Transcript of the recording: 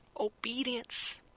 obedience